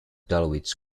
dulwich